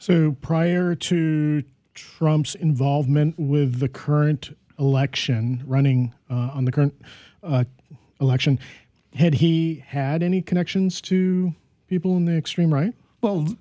so prior to trump's involvement with the current election running on the current election had he had any connections to people in the extreme right well